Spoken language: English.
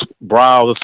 Browse